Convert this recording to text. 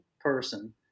person